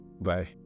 Bye